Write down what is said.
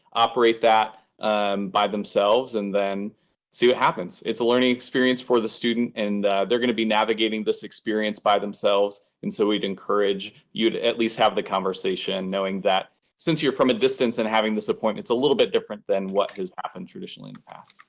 operate that by themselves, and then see what happens. it's a learning experience for the student, and they're going to be navigating this experience by themselves, and so we'd encourage you to at least have the conversation, knowing that since you're from a distance and having this appointment, it's a little bit different than what has happened traditionally in the past?